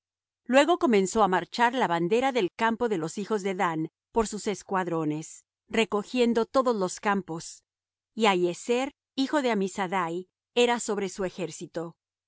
luego comenzó á marchar la bandera del campo de los hijos de dan por sus escuadrones recogiendo todos los campos y ahiezer hijo de ammisaddai era sobre su ejército